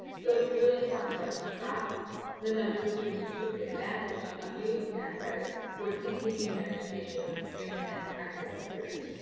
so it'll be really important for us to track the numbers of students who took advantage of using that credit towards continuing their education during this next academic period.